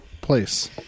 place